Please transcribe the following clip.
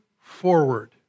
forward